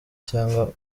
cyangwa